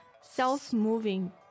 Self-moving